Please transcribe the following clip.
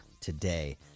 today